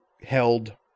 held